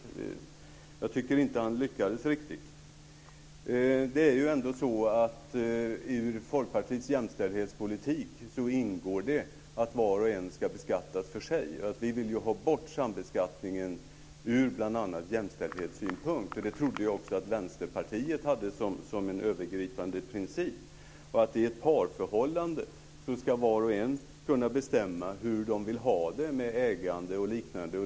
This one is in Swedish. Men jag tycker att han inte riktigt lyckades där. I Folkpartiets jämställdhetspolitik ingår att var och en ska beskattas för sig. Vi vill ha bort sambeskattningen, bl.a. från jämställdhetssynpunkt. Jag trodde att också Vänsterpartiet hade det som en övergripande princip. I ett parförhållande ska var och en kunna bestämma hur vederbörande vill ha det med ägande och liknande.